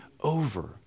over